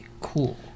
cool